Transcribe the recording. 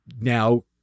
now